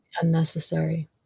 unnecessary